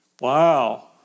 Wow